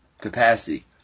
capacity